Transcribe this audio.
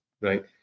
right